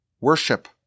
worship